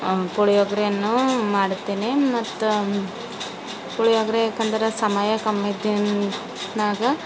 ಪುಳಿಯೋಗರೆಯನ್ನು ಮಾಡುತ್ತೇನೆ ಮತ್ತು ಪುಳಿಯೋಗರೆ ಏಕಂದ್ರೆ ಸಮಯ ಕಮ್ಮಿತಿನ್ನಾಗ